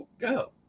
go